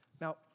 Now